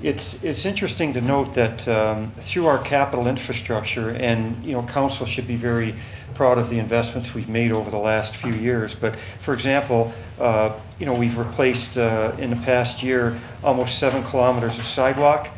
you. it's interesting to note that through our capital infrastructure and you know council should be very proud of the investments we've made over the last few years. but for example you know we've replaced in the past year almost seven kilometers of side walk.